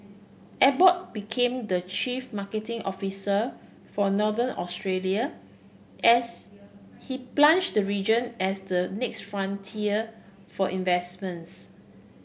Abbott became the chief marketing officer for Northern Australia as he plunge the region as the next frontier for investments